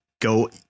go